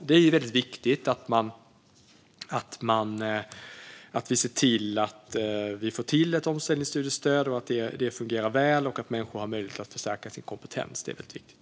Det är väldigt viktigt att vi ser till att vi får till ett omställningsstudiestöd, att det fungerar väl och att människor har möjlighet att förstärka sin kompetens. Det är väldigt viktigt.